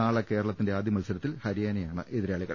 നാളെ കേരളത്തിന്റെ ആദ്യമത്സരത്തിൽ ഹരിയാനയാണ് എതിരാ ളികൾ